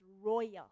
Royal